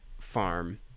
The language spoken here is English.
farm